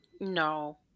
no